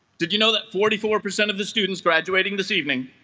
did you know that forty four percent of the students graduating this evening